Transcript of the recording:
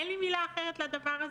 אין לי מילה אחרת לדבר הזה.